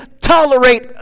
tolerate